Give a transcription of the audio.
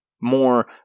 more